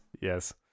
Yes